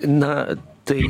na taip